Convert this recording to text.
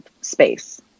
space